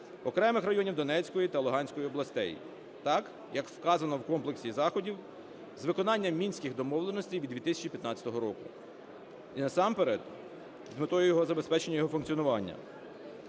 окремих районів Донецької та Луганської областей. Так, як вказано в комплексі заходів з виконання Мінських домовленостей від 2015 року, і насамперед з метою забезпечення його функціонування.